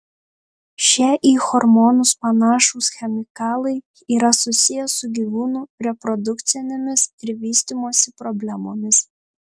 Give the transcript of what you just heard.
šie į hormonus panašūs chemikalai yra susiję su gyvūnų reprodukcinėmis ir vystymosi problemomis